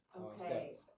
Okay